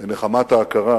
בנחמת ההכרה